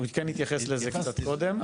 הוא כן התייחס לזה קצת קודם.